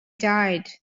died